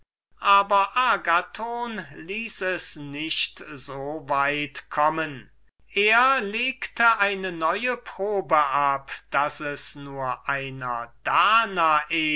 aber agathon ließ es nicht so weit kommen er legte eine neue probe ab daß es nur einer danae